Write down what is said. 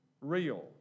real